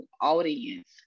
audience